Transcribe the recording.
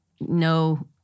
no